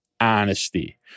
honesty